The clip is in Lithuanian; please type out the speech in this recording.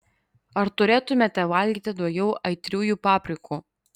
ar turėtumėte valgyti daugiau aitriųjų paprikų